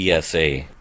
PSA